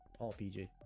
RPG